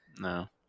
no